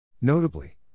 Notably